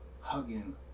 hugging